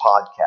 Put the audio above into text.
podcast